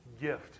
gift